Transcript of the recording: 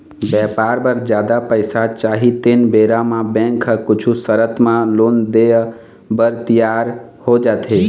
बेपार बर जादा पइसा चाही तेन बेरा म बेंक ह कुछ सरत म लोन देय बर तियार हो जाथे